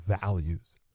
values